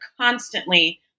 constantly